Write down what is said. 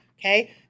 Okay